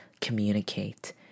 communicate